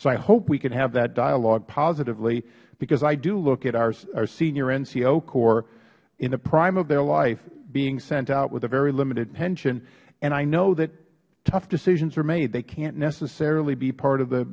so i hope we can have that dialogue positively because i do look at our senior nco corps in the prime of their life being sent out with a very limited pension and i know that tough decisions are made they cant necessarily be part of the